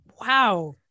Wow